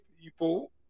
people